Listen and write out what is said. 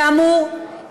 כאמור,